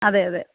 അതെയതെ